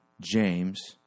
James